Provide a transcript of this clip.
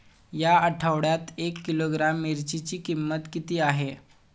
या आठवड्यात एक किलोग्रॅम मिरचीची किंमत किती आहे?